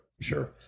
Sure